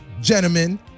gentlemen